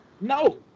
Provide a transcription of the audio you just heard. No